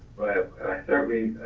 but certainly